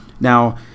Now